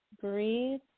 breathe